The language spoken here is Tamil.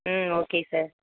ம் ஓகே சார்